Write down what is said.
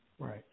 Right